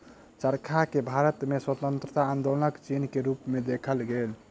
चरखा के भारत में स्वतंत्रता आन्दोलनक चिन्ह के रूप में देखल गेल